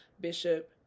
bishop